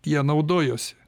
jie naudojosi